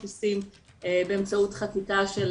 מכוסים באמצעות חקיקה של